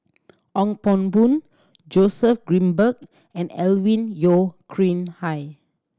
Ong Pang Boon Joseph Grimberg and Alvin Yeo Khirn Hai